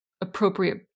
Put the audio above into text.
appropriate